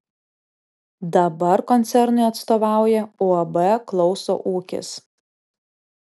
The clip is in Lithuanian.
dabar koncernui atstovauja uab klauso ūkis